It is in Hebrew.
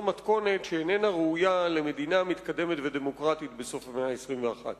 זו מתכונת שאיננה ראויה למדינה מתקדמת ודמוקרטית בסוף המאה ה-21.